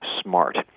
smart